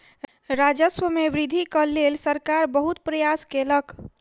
राजस्व मे वृद्धिक लेल सरकार बहुत प्रयास केलक